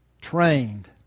trained